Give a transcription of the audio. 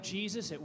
Jesus